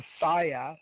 Messiah